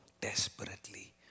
desperately